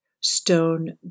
stone